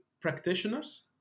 practitioners